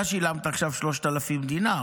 אתה שילמת עכשיו 3,000 דינר,